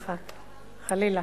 לא בגללך, חלילה,